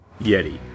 Yeti